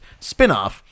spinoff